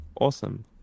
Awesome